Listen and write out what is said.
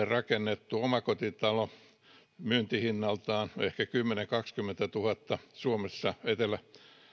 rakennettu omakotitalo on myyntihinnaltaan ehkä kymmenentuhatta viiva kaksikymmentätuhatta suomessa etelän